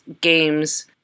games